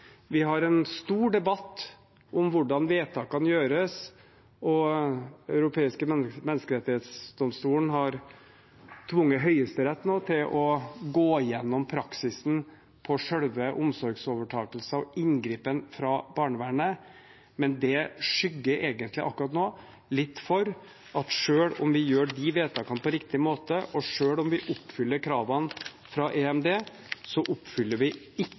Vi har en stor debatt om hvordan vedtakene gjøres, og Den europeiske menneskerettsdomstol har tvunget Høyesterett til nå å gå gjennom praksisen på selve omsorgsovertagelsen og inngripen fra barnevernet. Men det skygger egentlig akkurat nå litt for at selv om vi gjør de vedtakene på riktig måte, og selv om vi oppfyller kravene fra EMD, så oppfyller vi ikke